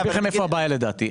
לדעתי.